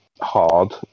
hard